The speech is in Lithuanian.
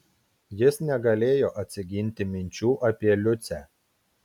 jis negalėjo atsiginti minčių apie liucę